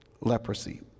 leprosy